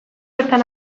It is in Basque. bertan